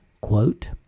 quote